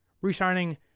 Re-signing